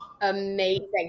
Amazing